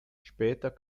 später